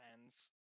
fans